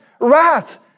wrath